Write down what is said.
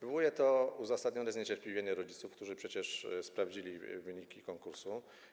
Powoduje to uzasadnione zniecierpliwienie rodziców, którzy przecież sprawdzili wyniki konkursu.